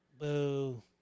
Boo